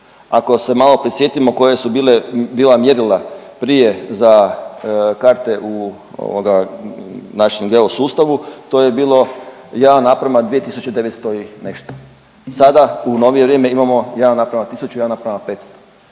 Ako se malo prisjetimo koja su bila mjerila prije za karte u našem … sustavu, to je bilo 1:2900 i nešto. Sada u novije vrijeme imamo 1:1000, 1:500.